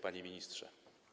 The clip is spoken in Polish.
Panie Ministrze!